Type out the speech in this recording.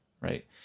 right